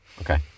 okay